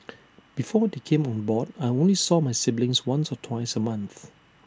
before they came on board I only saw my siblings once or twice A month